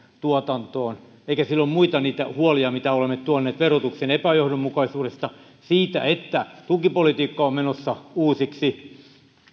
tuotantoon eikä siitä ole niitä muita huolia mitä me olemme tuoneet esiin verotuksen epäjohdonmukaisuudesta siitä että tukipolitiikka on menossa uusiksi